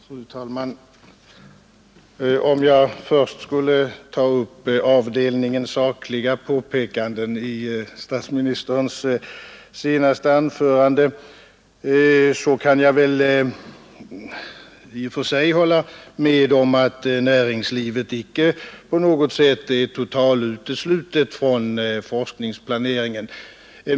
Fru talman! Om jag först tar upp avdelningen sakliga påpekanden i statsministerns senaste anförande, kan jag i och för sig hålla med om att näringslivet inte på något sätt är totalt uteslutet från forskningsplaneringen.